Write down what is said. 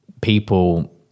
people